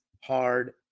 hard